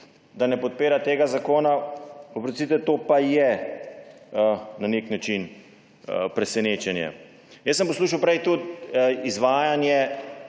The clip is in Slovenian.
da ne podpira tega zakona, oprostite, to pa je na nek način presenečenje. Prej sem poslušal tudi izvajanje